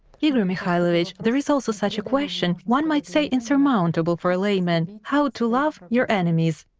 igor mikhailovich, there is also such a question, one might say, insurmountable for a layman how to love your enemies?